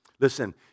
Listen